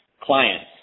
clients